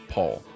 Paul